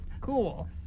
Cool